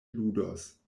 ludos